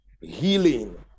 healing